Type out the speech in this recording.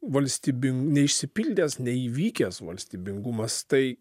valstybin neišsipildęs neįvykęs valstybingumas tai